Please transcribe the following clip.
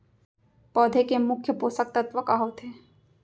पौधे के मुख्य पोसक तत्व का होथे?